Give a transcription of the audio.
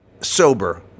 sober